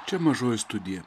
čia mažoji studija